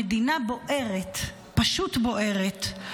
המדינה --- בוערת, פשוט בוערת.